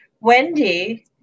Wendy